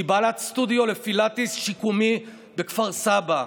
שהיא בעלת סטודיו לפילאטיס שיקומי בכפר סבא.